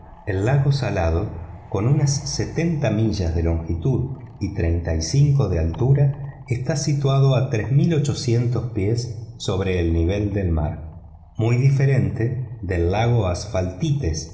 el lago salado con unas setenta millas de longitud y treinta y cinco de altura está situado a tres mil ochocientos pies sobre el nivel del mar muy diferente del lago asfaltites